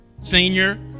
senior